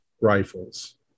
rifles